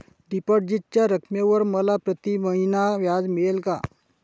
डिपॉझिटच्या रकमेवर मला प्रतिमहिना व्याज मिळेल का?